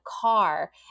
car